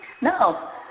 No